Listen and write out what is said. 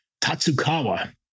Tatsukawa